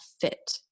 fit